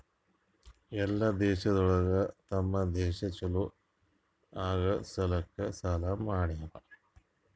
ಎಲ್ಲಾ ದೇಶಗೊಳ್ ತಮ್ ದೇಶ ಛಲೋ ಆಗಾ ಸಲ್ಯಾಕ್ ಸಾಲಾ ಮಾಡ್ಯಾವ್